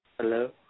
Hello